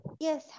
Yes